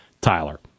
Tyler